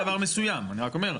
אני רק אומר,